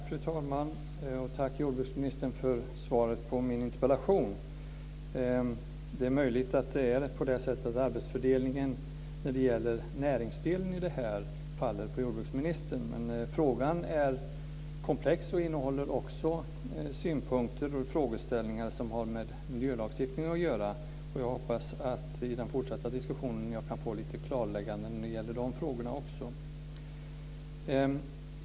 Fru talman! Tack, jordbruksministern, för svaret på min interpellation! Det är möjligt att arbetsfördelningen är sådan att näringsdelen i detta faller på jordbruksministern, men frågan är komplex och innehåller också synpunkter och frågeställningar som har med miljölagstiftningen att göra. Jag hoppas att jag i den fortsatta diskussionen kan få lite klarlägganden i de frågorna också.